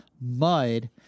Mud